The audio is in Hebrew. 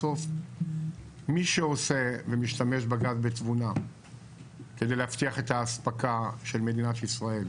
בסוף מי שעושה ומשתמש בגז בתבונה כדי להבטיח את האספקה של מדינת ישראל,